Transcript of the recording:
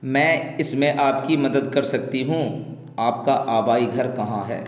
میں اس میں آپ کی مدد کر سکتی ہوں آپ کا آبائی گھر کہاں ہے